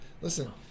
Listen